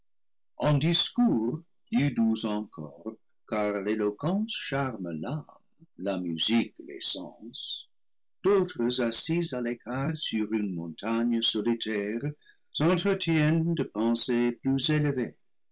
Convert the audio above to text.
en discours plus doux encore car l'éloquence charme l'âme la musique les sens d'autres assis à l'écart sur une montagne solitaire s'entretiennent de pensées plus élevées